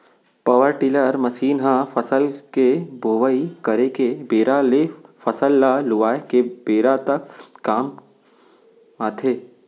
power tiller machine ह फसल के बोवई करे के बेरा ले फसल ल लुवाय के बेरा तक काम आथे